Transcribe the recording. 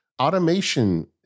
Automation